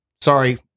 sorry